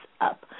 up